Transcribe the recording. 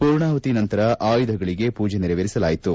ಪೂರ್ಣಾಹುತಿ ನಂತರ ಆಯುಧಗಳಿಗೆ ಪೂಜೆ ನೆರವೇರಿಸಲಾಯಿತು